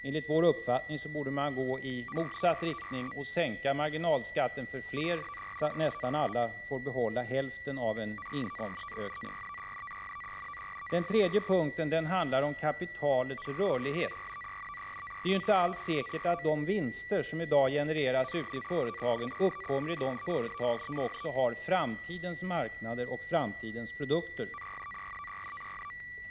Enligt vår uppfattning borde man gå i motsatt riktning och sänka marginalskatten för fler, så att nästan alla får behålla hälften av en inkomstökning. Den tredje punkten handlar om kapitalets rörlighet. Det är inte alls säkert att de vinster som i dag genereras ute i företagen uppkommer i de företag som också har framtidens marknader och framtidens produkter.